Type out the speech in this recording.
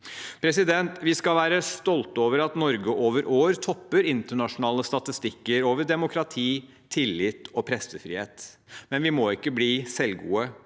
Medietilsynet. Vi skal være stolte over at Norge over år topper internasjonale statistikker over demokrati, tillit og pressefrihet, men vi må ikke bli selvgode.